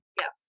Yes